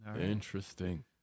interesting